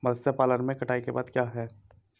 मत्स्य पालन में कटाई के बाद क्या है?